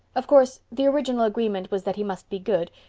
of course, the original agreement was that he must be good.